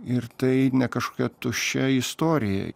ir tai ne kažkokia tuščia istorija